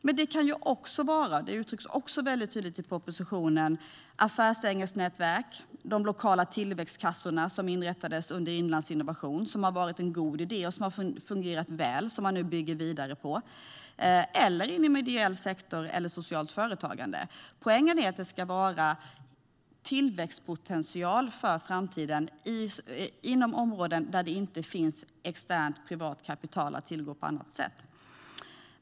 Men det ska också vara affärsängelsnätverk och lokala tillväxtkassor - vilket också uttrycks tydligt i propositionen - som inrättades under Inlandsinnovation och som har varit en god idé. De har fungerat väl, och nu bygger man vidare på dem. Det kan också handla om ideell sektor eller socialt företagande. Poängen är att det ska ha tillväxtpotential för framtiden inom områden där det inte finns externt privat kapital att tillgå på annat sätt.